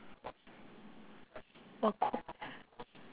what cau~